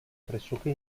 pressoché